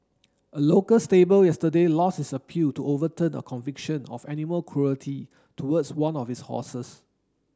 a local stable yesterday lost its appeal to overturn a conviction of animal cruelty towards one of its horses